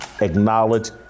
acknowledge